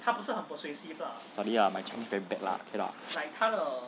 sorry lah my chinese very bad lah cannot ah